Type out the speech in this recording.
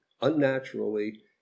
unnaturally